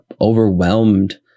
overwhelmed